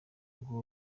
ngo